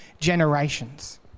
generations